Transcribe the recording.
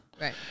right